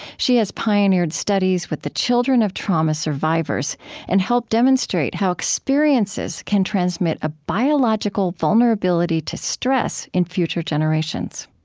she has pioneered studies with the children of trauma survivors and helped demonstrate how experiences can transmit a biological vulnerability to stress in future generations